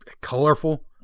colorful